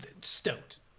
Stoked